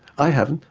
i haven't.